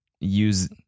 use